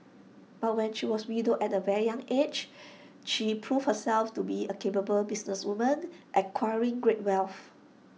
but when she was widowed at A young aged she proved herself to be A capable businesswoman acquiring great wealth